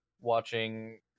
watching